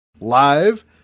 live